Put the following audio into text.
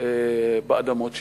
באדמות שלהם,